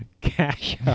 Cash